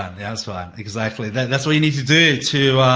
um yeah nice one, exactly that's what you need to do to,